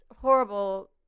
horrible